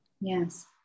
Yes